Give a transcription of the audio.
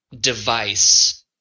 device